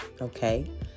okay